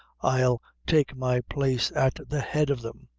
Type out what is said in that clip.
i'll take my place at the head of them,